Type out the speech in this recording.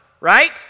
right